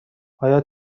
آیا